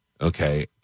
Okay